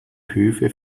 höfe